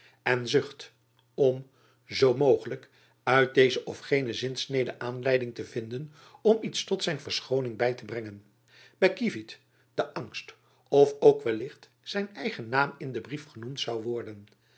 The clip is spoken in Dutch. en zucht om zoo mogelijk uit deze of gene zinsnede aanleiding te vinden om iets tot zijn verschooning by te brengen by kievit de angst of ook wellicht zijn eigen naam in den brief genoemd zoû worden